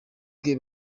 bwe